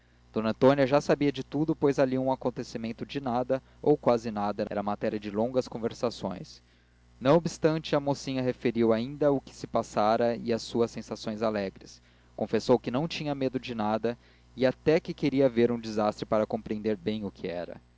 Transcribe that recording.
d antônia já sabia tudo pois ali um acontecimento de nada ou quase nada era matéria de longas conversações não obstante a mocinha referiu ainda o que se passara e as suas sensações alegres confessou que não tinha medo de nada e até que queria ver um desastre para compreender bem o que era